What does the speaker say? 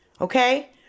Okay